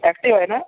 active आहे ना